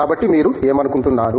కాబట్టి మీరు ఏమనుకుంటున్నారు